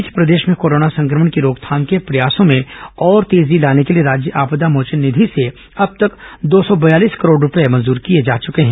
इस बीच प्रदेश में कोरोना संक्रमण की रोकथाम के प्रयासों में और तेजी लाने के लिए राज्य आपदा मोचन निधि से अब तक दो सौ बयालीस करोड़ रूपये मंजूर किए जा चुके हैं